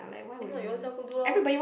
if not you all self go do lor